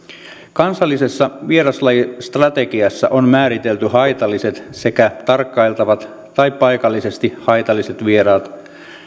kansallisessa vieraslajistrategiassa on määritelty haitalliset sekä tarkkailtavat tai paikallisesti haitalliset vieraat